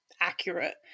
accurate